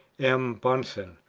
m. bunsen,